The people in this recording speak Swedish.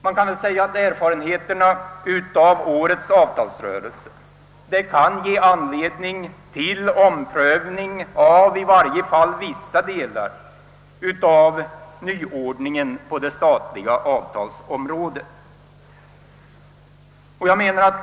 Man kan väl säga att erfarenheterna av årets avtalsrörelse kan ge anledning till omprövning av i varje fall vissa delar av nyordningen på det statliga avtalsområdet.